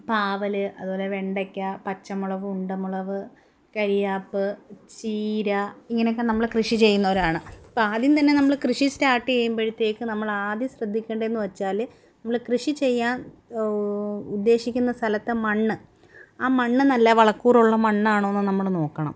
പാവൽ അതുപോലെ വെണ്ടയ്ക്ക പച്ചമുളക് ഉണ്ടമുളക് കരിയാപ്പ് ചീര ഇങ്ങനെയൊക്കെ നമ്മൾ കൃഷി ചെയ്യുന്നവരാണ് അപ്പം ആദ്യം തന്നെ നമ്മൾ കൃഷി സ്റ്റാർട്ട് ചെയ്യുമ്പോഴത്തേക്ക് നമ്മൾ ആദ്യം ശ്രദ്ധിക്കേണ്ടത് എന്ന് വെച്ചാൽ നമ്മൾ കൃഷി ചെയ്യാൻ ഉദ്ദേശിക്കുന്ന സ്ഥലത്തെ മണ്ണ് ആ മണ്ണ് നല്ല വളക്കൂറുള്ള മണ്ണാണോ എന്ന് നമ്മൾ നോക്കണം